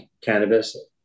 cannabis